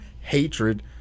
hatred